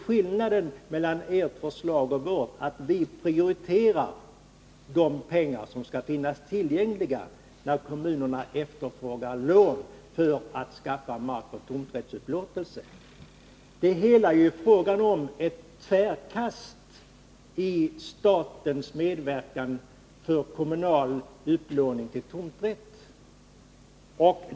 Skillnaden mellan ert förslag och vårt är att vi prioriterar de pengar som skall finnas tillgängliga när kommunerna efterfrågar lån för att skaffa mark till tomträttsupplåtelse. Det är nu fråga om ett tvärkast i statens medverkan vid kommunal upplåning till tomträtt.